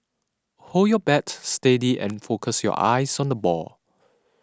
hold your bat steady and focus your eyes on the ball